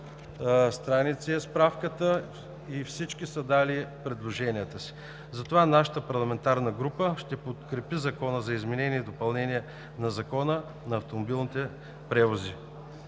страници е справката. Всички са дали предложенията си, затова нашата парламентарна група ще подкрепи Закона за изменение и допълнение на Закона за автомобилните превози.